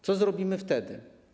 Co zrobimy wtedy?